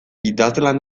idazlan